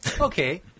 Okay